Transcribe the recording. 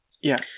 yes